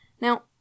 Now